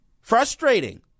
frustrating